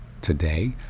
today